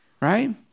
right